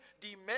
demand